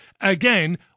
Again